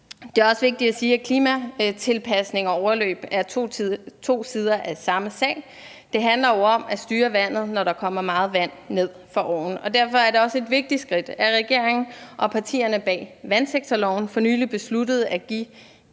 Det er også vigtigt at sige, at klimatilpasning og overløb er to sider af samme sag. Det handler jo om at styre vandet, når der kommer meget vand ned fra oven. Derfor er det også et vigtigt skridt, at regeringen og partierne bag vandsektorloven for nylig besluttede at give